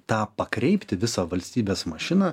tą pakreipti visą valstybės mašiną